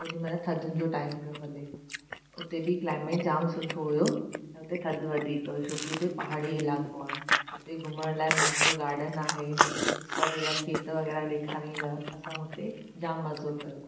ओॾीमहिल थधियुनि जो टाइम पियो हले उते बि क्लाइमेट जामु सुठो हुयो ऐं उते थधि वधीक हुई छोकी उते पहाड़ी इलाइक़ो आहे उते घुमण लाइ मेप्रो गार्डन आहे स्ट्रॉबेरीअ जा खेत वग़ैरह ॾेखारे ईंदा असां उते जामु मज़ो कयो